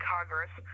Congress